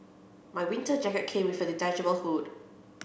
my winter jacket came with a detachable hood